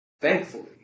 Thankfully